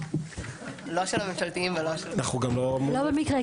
לא של הממשלתיים ולא של --- לא במקרה.